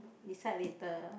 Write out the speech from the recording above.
decide later